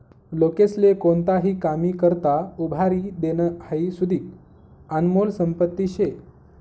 लोकेस्ले कोणताही कामी करता उभारी देनं हाई सुदीक आनमोल संपत्ती शे